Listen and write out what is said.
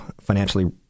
financially